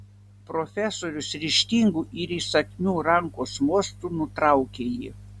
profesorius ryžtingu ir įsakmiu rankos mostu nutraukė jį